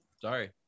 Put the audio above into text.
Sorry